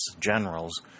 generals